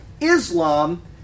Islam